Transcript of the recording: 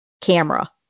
camera